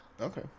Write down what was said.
Okay